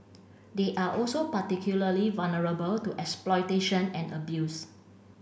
they are also particularly vulnerable to exploitation and abuse